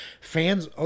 Fans